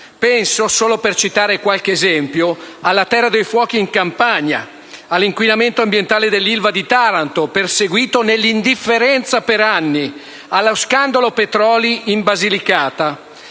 Penso, solo per citare qualche esempio, alla cosiddetta terra dei fuochi in Campania, all'inquinamento ambientale dell'ILVA di Taranto, proseguito nell'indifferenza per anni, e allo scandalo petroli in Basilicata.